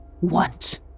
want